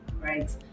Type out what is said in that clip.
right